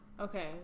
Okay